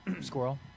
Squirrel